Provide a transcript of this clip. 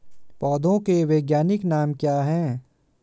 पौधों के वैज्ञानिक नाम क्या हैं?